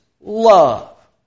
love